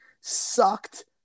sucked